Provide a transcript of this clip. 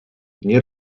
nie